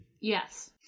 Yes